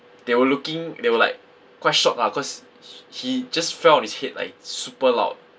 they were looking they were like quite shock lah cause h~ he just felt on his head like super loud